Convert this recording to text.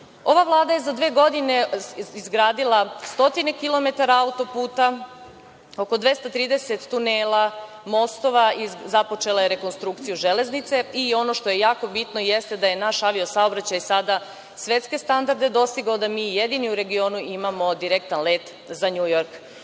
Ova Vlada je za dve godine izgradila stotine kilometara auto-puta, oko 230 tunela, mostova i započela je rekonstrukciju železnice i ono što je jako bitno jeste da je naš avio saobraćaj sada svetske standarde dostigao, da mi jedini u regionu imamo direktni let za